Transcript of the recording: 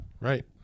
right